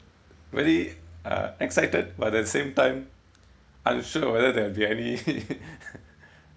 very uh excited but the same time unsure whether there'll be any